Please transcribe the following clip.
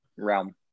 realm